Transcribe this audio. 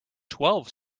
twelve